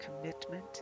commitment